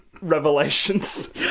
revelations